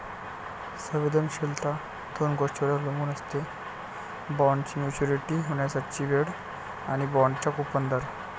संवेदनशीलता दोन गोष्टींवर अवलंबून असते, बॉण्डची मॅच्युरिटी होण्याची वेळ आणि बाँडचा कूपन दर